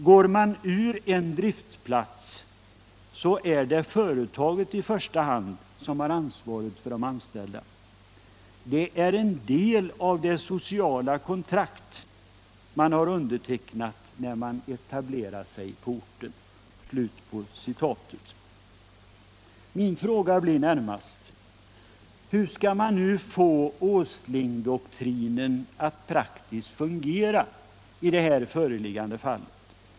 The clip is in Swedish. Går man ur en driftplats så är det företaget i första hand som har ansvaret för de anställda. Det är en del av det sociala kontrakt man har undertecknat när man ctablerar sig på orten.” Min fråga blir närmast: Hur skall man nu få Åslingdoktrinen att praktiskt fungera i det föreliggande fallet?